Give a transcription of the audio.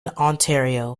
ontario